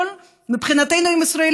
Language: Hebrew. קודם כול, מבחינתנו הם ישראלים,